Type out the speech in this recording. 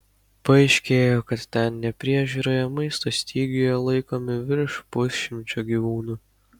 paaiškėjo kad ten nepriežiūroje maisto stygiuje laikomi virš pusšimčio gyvūnų